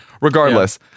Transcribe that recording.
Regardless